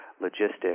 logistics